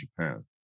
Japan